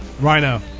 Rhino